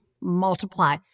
multiply